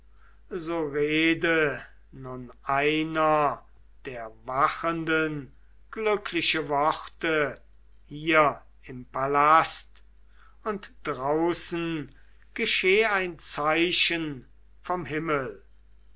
so rede nun einer der wachenden glückliche worte hier im palast und draußen gescheh ein zeichen vom himmel